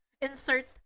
Insert